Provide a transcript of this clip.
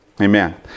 Amen